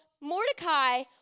Mordecai